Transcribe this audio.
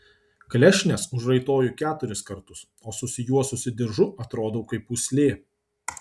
klešnes užraitoju keturis kartus o susijuosusi diržu atrodau kaip pūslė